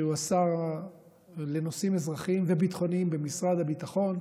שהוא השר לנושאים אזרחיים וביטחוניים במשרד הביטחון,